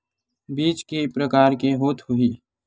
बीज के प्रकार के होत होही?